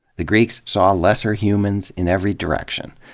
the greeks saw lesser humans in every direction.